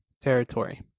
territory